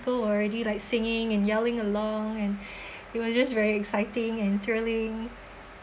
already like singing and yelling along and it was just very exciting and thrilling